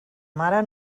mare